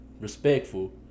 respectful